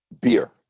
beer